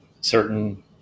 certain